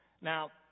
Now